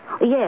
Yes